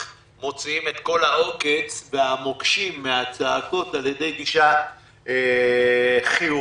מוציאים את כל העוקץ והמוקשים והצעקות על ידי גישה חיובית,